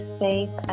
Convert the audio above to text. safe